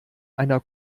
einer